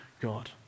God